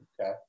Okay